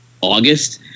August